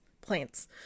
plants